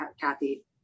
kathy